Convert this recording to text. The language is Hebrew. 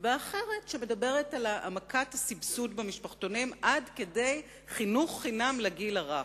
והאחרת מדברת על העמקת הסבסוד למשפחתונים עד כדי חינוך חינם לגיל הרך.